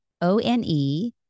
O-N-E